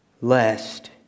lest